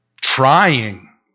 trying